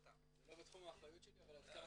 זה לא בתחום האחריות שלי אבל עד כמה